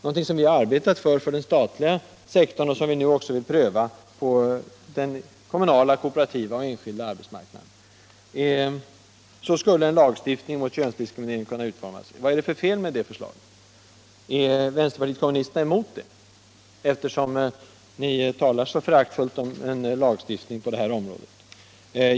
Det har vi arbetat för på den statliga sektorn och det vill vi nu pröva också på de kommunala, kooperativa och enskilda arbetsmarknaderna. Så skulle en lagstiftning mot könsdiskriminering kunna utformas. Vad är det för fel med detta förslag? Är vänsterpartiet kommunisterna emot det, eftersom ni talar så föraktfullt om en lagstiftning på detta område?